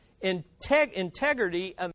Integrity